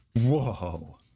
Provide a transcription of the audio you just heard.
Whoa